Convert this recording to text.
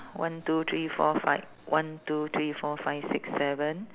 one two three four five one two three four five six seven